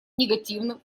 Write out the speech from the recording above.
негативным